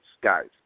guys